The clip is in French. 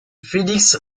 felix